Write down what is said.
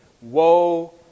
Woe